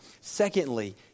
Secondly